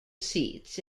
seats